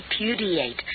repudiate